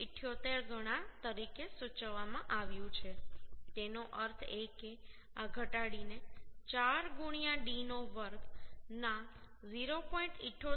78 ગણા તરીકે સૂચવવામાં આવ્યું છે તેનો અર્થ એ કે આ ઘટાડીને 4 d નો વર્ગ ના 0